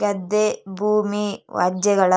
ಗದ್ದೆ ಭೂಮಿ ವ್ಯಾಜ್ಯಗಳ